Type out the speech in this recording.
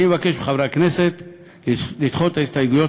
אני מבקש מחברי הכנסת לדחות את ההסתייגויות